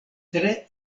tre